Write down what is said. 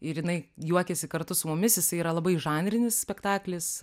ir jinai juokiasi kartu su mumis jisai yra labai žanrinis spektaklis